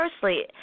firstly